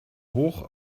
hoch